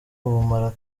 ubumara